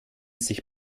sich